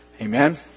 Amen